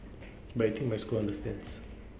but I think my school understands